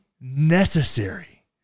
necessary